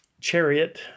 chariot